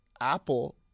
Apple